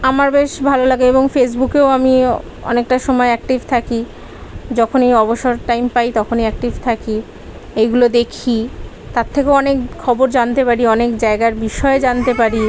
আমার বেশ ভালো লাগে এবং ফেসবুকেও আমি অ অনেকটা সমায় অ্যাক্টিভ থাকি যখনই অবসর টাইম পাই তখনই অ্যাক্টিভ থাকি এইগুলো দেখি তার থেকেও অনেক খবর জানতে পারি অনেক জায়গার বিষয়ে জানতে পারি